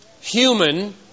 human